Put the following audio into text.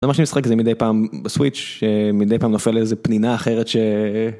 משחק זה מדי פעם בסוויץ מדי פעם נופל איזה פנינה אחרת.